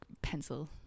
pencil